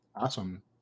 Awesome